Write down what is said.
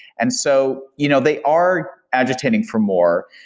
and so you know they are agitating for more.